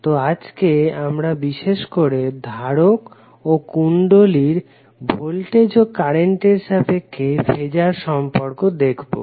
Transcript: তো আজকে আমরা বিশেষ করে ধারক ও কুণ্ডলীর ভোল্টেজ ও কারেন্টের সাপেক্ষে ফেজার সম্পর্ক দেখবো